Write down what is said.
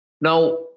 Now